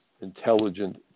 intelligent